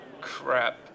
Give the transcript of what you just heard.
crap